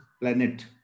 planet